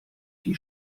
die